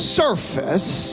surface